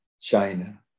China